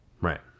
Right